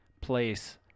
place